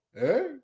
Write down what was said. hey